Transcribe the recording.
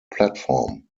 platform